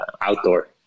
outdoor